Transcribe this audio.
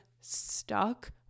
stuck